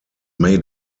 may